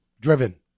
driven